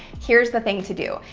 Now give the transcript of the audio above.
here's the thing to do.